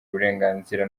uburenganzira